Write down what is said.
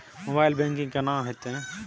Mobile banking केना हेते?